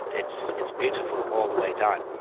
it's it's beautiful all the way down.